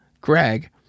Greg